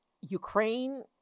Ukraine